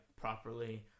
properly